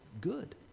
good